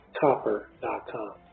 copper.com